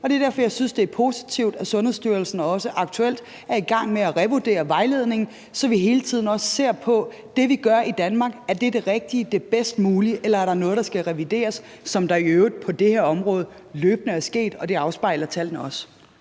Det er derfor, jeg synes, det er positivt, at Sundhedsstyrelsen også aktuelt er i gang med at revurdere vejledningen, så vi hele tiden også ser på, om det, vi gør i Danmark, er det rigtige og det bedst mulige, eller om der er noget, der skal revideres, som det i øvrigt på det her område løbende er sket, og det afspejler tallene også.